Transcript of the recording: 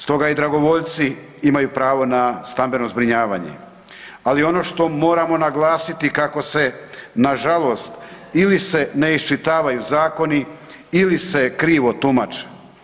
Stoga i dragovoljci imaju pravo na stambeno zbrinjavanje, ali ono što moramo naglasiti kako se nažalost ili se ne iščitavaju zakoni ili se krivo tumače.